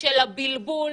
של הבלבול.